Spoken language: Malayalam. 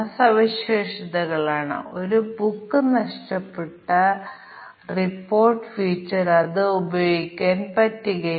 അതിനാൽ അവസാന മൂല്യം അവഗണിക്കപ്പെടുന്നു അല്ലെങ്കിൽ അയാൾക്ക് പുതുതായി ആരംഭിക്കേണ്ടതുണ്ട്